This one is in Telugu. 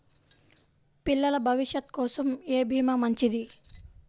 పిల్లల భవిష్యత్ కోసం ఏ భీమా మంచిది?